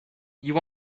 you